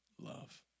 love